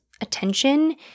attention